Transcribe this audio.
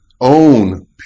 own